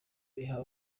iha